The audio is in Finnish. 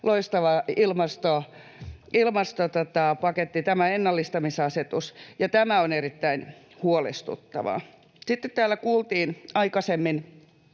loistava ilmastopaketti, tämä ennallistamisasetus, ja tämä on erittäin huolestuttavaa. Sitten täällä kuultiin aikaisemmin